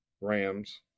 Rams